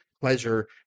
pleasure